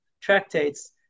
tractates